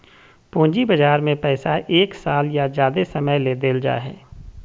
पूंजी बजार में पैसा एक साल या ज्यादे समय ले देल जाय हइ